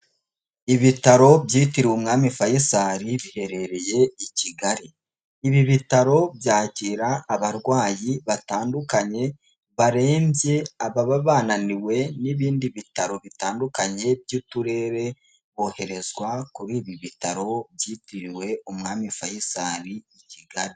Ibitaro byitiriwe umwami Faisal, biherereye i Kigali. Ibi bitaro byakira abarwayi batandukanye, barembye, ababa bananiwe n'ibindi bitaro bitandukanye by'Uturere, boherezwa kuri ibi bitaro, byitiriwe umwami Faisal, i Kigali.